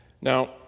Now